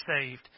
saved